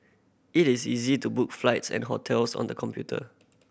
it is easy to book flights and hotels on the computer